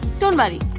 don't worry,